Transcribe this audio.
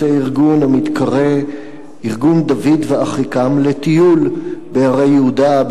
יוצא ארגון המתקרא "ארגון דוד ואחיקם" לטיול בהרי יהודה,